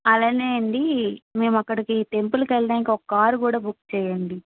అలాగే అండి మేమ అక్కడికి టెంపుల్కు వెళ్ళడానికి ఒక కారు కూడా బుక్ చేయండి